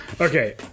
okay